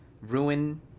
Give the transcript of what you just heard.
ruin